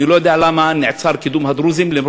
אני לא יודע למה נעצר קידום הדרוזים, אף